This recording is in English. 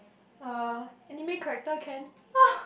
uh anime character can